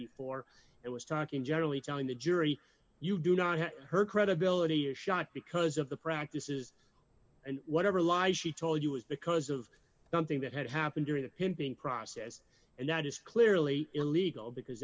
before it was talking generally telling the jury you do not have her credibility is shot because of the practices and whatever lies she told you was because of something that had happened during the pimping process and that is clearly illegal because